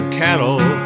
cattle